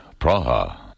Praha